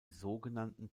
sogenannten